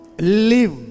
live